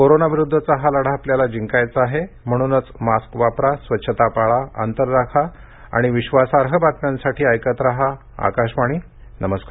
कोरोनाविरुद्धचा हा लढा आपल्याला जिंकायचा आहे म्हणूनच मास्क वापरा स्वच्छता पाळा अंतर राखा आणि विश्वासार्ह बातम्यांसाठी ऐकत रहा आकाशवाणी नमस्कार